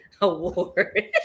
award